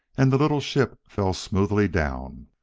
and the little ship fell smoothly down.